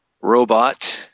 robot